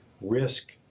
risk